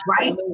right